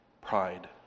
pride